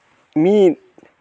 ᱢᱤᱫ